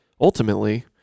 ultimately